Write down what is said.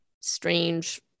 strange